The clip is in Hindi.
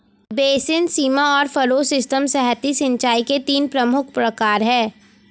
बेसिन, सीमा और फ़रो सिस्टम सतही सिंचाई के तीन प्रमुख प्रकार है